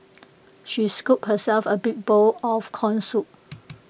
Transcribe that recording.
she scooped herself A big bowl of Corn Soup